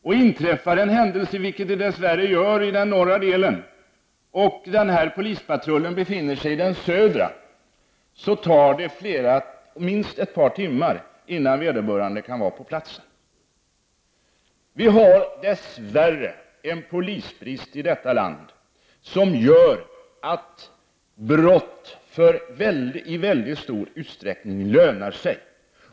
Och om en händelse inträffar, vilket det dess värre gör, i den norra delen och polispatrullen befinner sig i den södra delen, tar det minst ett par timmar innan vederbörande kan vara på platsen. Vi har dess värre en polisbrist i detta land som gör att brott i mycket stor utsträckning lönar sig.